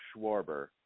Schwarber